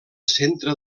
centre